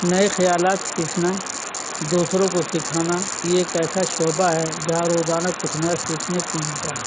نئے خیالات سیکھنا دوسروں کو سیکھانا یہ ایک ایسا شعبہ ہے جہاں روزانہ کچھ نہ سیکھنے کو ملتا ہے